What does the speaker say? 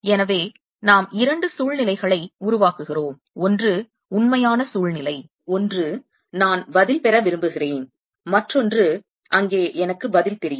எனவே நாம் இரண்டு சூழ்நிலைகளை உருவாக்குகிறோம் ஒன்று உண்மையான சூழ்நிலை ஒன்று நான் பதில் பெற விரும்புகிறேன் மற்றொன்று அங்கே எனக்கு பதில் தெரியும்